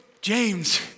James